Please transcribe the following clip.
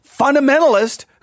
fundamentalist